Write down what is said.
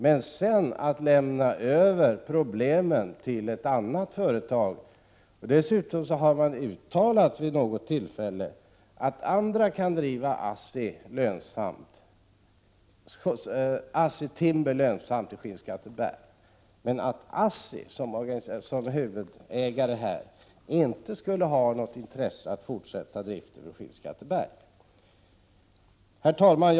Det innebär att man lämnar över problemen till ett annat företag. Vid något tillfälle har man dessutom uttalat att andra kan driva ASSI Timber lönsamt i Skinnskatteberg, men att ASSI som huvudägare inte skulle ha något intresse av att fortsätta driften där. Herr talman!